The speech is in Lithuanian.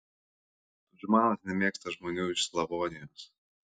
tudžmanas nemėgsta žmonių iš slavonijos